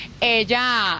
ella